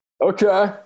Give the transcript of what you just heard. Okay